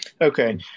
Okay